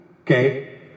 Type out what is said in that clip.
okay